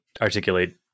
articulate